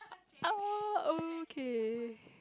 !aw! okay